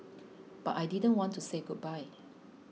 but I didn't want to say goodbye